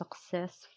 success